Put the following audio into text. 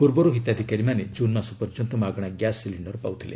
ପୂର୍ବରୁ ହିତାଧିକାରୀମାନେ ଜୁନ୍ ମାସ ପର୍ଯ୍ୟନ୍ତ ମାଗଣା ଗ୍ୟାସ୍ ସିଲିକ୍ଷର୍ ପାଉଥିଲେ